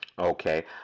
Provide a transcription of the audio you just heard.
Okay